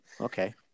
okay